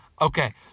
Okay